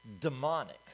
demonic